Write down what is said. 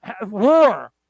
war